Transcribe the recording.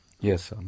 Yes